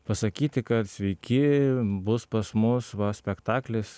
pasakyti kad sveiki bus pas mus va spektaklis